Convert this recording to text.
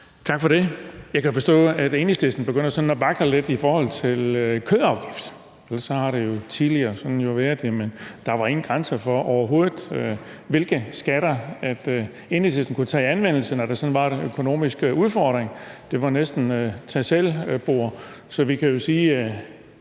Tak for det. Jeg kan forstå, at Enhedslisten begynder at vakle lidt i forhold til kødafgiften. Ellers har det jo tidligere været sådan, at der overhovedet ikke var nogen grænser for, hvilke skatter Enhedslisten kunne tage i anvendelse, når der var en økonomisk udfordring. Det var næsten et tag selv-bord. Så vi kan jo sige